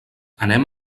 anem